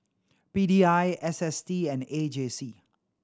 P D I S S T and A J C